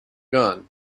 gun